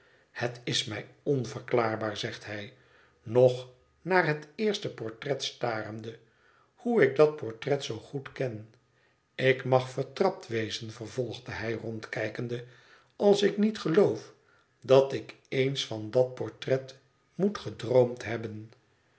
het is mij onverklaarbaar zegt hij nog naar het eerste portret starende hoe ik dat portret zoo goed ken ik mag vertrapt wezen vervolgde hij rondkijkende als ik niet geloof dat ik eens van dat portret moet gedroomd hebben